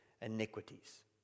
iniquities